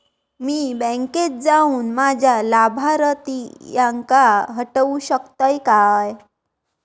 मी बँकेत जाऊन माझ्या लाभारतीयांका हटवू शकतय काय?